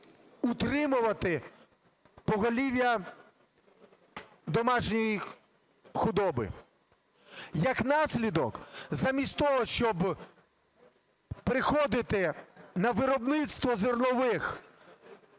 утримувати поголів'я домашньої худоби. Як наслідок, замість того, щоб переходити на виробництво зернових